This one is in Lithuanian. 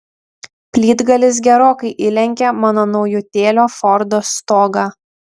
plytgalis gerokai įlenkė mano naujutėlio fordo stogą